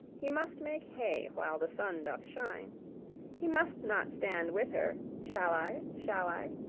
he must make hay while the sun doth shine he must not stand with her, shall i, shall i?